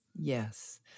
Yes